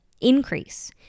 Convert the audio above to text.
increase